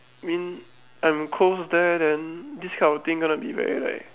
I mean I am close there then this kind of things gonna be very like